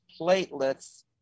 platelets